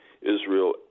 Israel